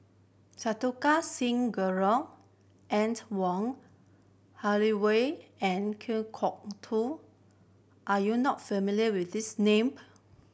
Santokh Singh Grewal Wong Holloway and Kan Kwok Toh are you not familiar with these name